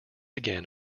again